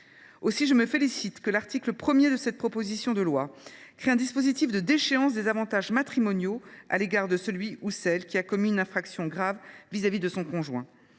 Aussi, je me félicite que l’article 1 de la proposition de loi crée un dispositif de déchéance des avantages matrimoniaux à l’égard de celui ou de celle qui a commis une infraction grave vis à vis de son conjoint.